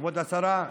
כבודה השרה,